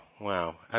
wow